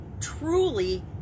truly